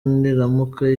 niramuka